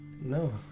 No